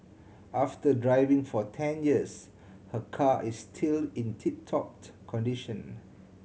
after driving for ten years her car is still in tip top condition